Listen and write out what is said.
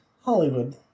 Hollywood